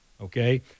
Okay